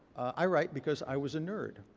i write because i was a nerd.